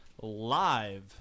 live